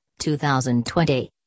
2020